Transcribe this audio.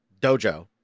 dojo